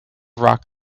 rock